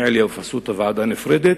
מעיליא ופסוטה ועדה נפרדת,